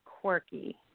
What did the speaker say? Quirky